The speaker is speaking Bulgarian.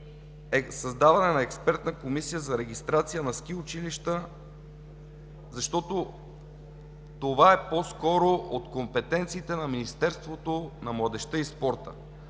създаване на Експертна комисия за регистрация на ски училища, защото това по-скоро е от компетенциите на Министерството на младежта и спорта.